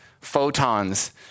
photons